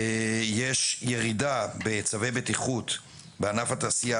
הייתה ירידה בצווי בטיחות בענף התעשייה